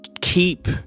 keep